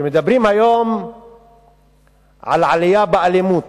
כשמדברים היום על עלייה באלימות,